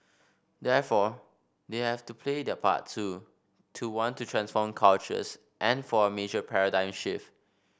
therefore they have to play their part too to want to transform cultures and for a major paradigm shift